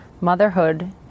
Motherhood